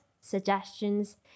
suggestions